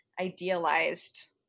idealized